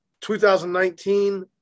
2019